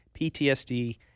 PTSD